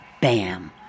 bam